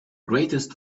greatest